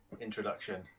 introduction